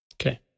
Okay